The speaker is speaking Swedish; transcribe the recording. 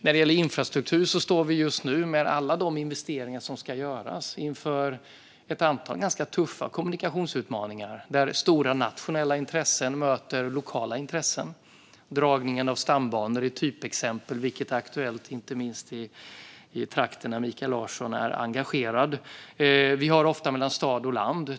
När det gäller infrastruktur står vi med alla de investeringar som ska göras nu inför ett antal ganska tuffa kommunikationsutmaningar. Stora nationella intressen ska möta lokala intressen. Dragningen av stambanor är typexempel, vilket inte minst är aktuellt i trakten där Mikael Larsson är engagerad. Vi har ofta detta mellan stad och land.